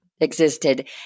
existed